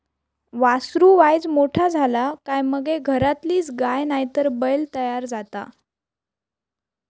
वासरू वायच मोठा झाला काय मगे घरातलीच गाय नायतर बैल तयार जाता